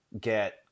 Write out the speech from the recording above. get